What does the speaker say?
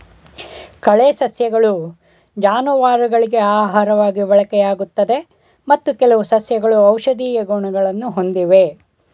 ಕಳೆ ಸಸ್ಯಗಳು ಜಾನುವಾರುಗಳಿಗೆ ಆಹಾರವಾಗಿ ಬಳಕೆಯಾಗುತ್ತದೆ ಮತ್ತು ಕೆಲವು ಸಸ್ಯಗಳು ಔಷಧೀಯ ಗುಣಗಳನ್ನು ಹೊಂದಿವೆ